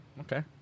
Okay